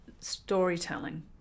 storytelling